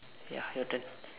ya your turn